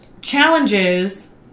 challenges